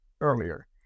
earlier